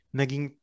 naging